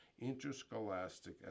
Interscholastic